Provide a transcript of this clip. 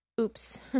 Oops